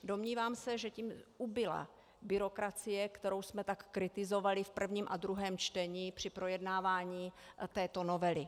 Domnívám se, že tím ubyla byrokracie, kterou jsme tak kritizovali v prvním a druhém čtení při projednávání této novely.